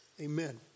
amen